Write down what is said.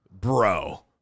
bro